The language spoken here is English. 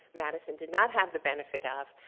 madison did not have the benefit of,